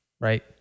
right